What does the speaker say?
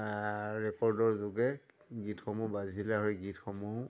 ৰেকৰ্ডৰ যোগে গীতসমূহ বাজিছিলে সেই গীতসমূহ